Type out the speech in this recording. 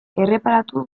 erreparatu